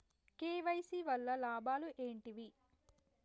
KYC వల్ల లాభాలు ఏంటివి?